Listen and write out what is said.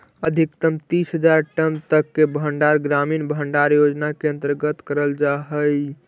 अधिकतम तीस हज़ार टन तक के भंडारण ग्रामीण भंडारण योजना के अंतर्गत करल जा हई